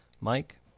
Mike